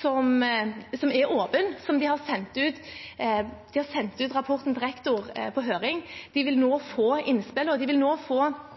som er åpen. De har sendt ut rapporten til rektor på høring. De vil nå få innspill – de vil få